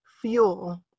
fuel